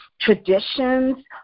traditions